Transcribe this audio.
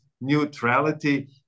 neutrality